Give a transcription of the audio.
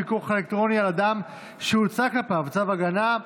פיקוח אלקטרוני על אדם שהוצא כלפיו צו הגנה),